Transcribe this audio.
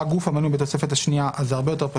בתוספת השנייה".